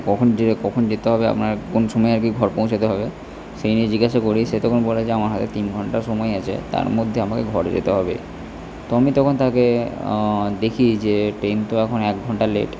কখন কখন যেতে হবে আপনার কোন সময় আর কি ঘর পৌঁছতে হবে সেই নিয়ে জিজ্ঞাসা করি সে তখন বলে যে আমার হাতে তিন ঘণ্টা সময় আছে তার মধ্যে আমাকে ঘরে যেতে হবে তো আমি তখন তাকে দেখি যে ট্রেন তো এখন এক ঘণ্টা লেট